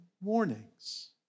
warnings